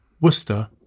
Worcester